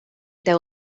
tev